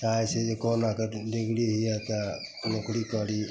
चाहै छै जे कहुनाके डिग्री उग्री हुए तऽ नोकरी करी